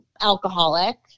alcoholic